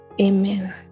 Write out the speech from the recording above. Amen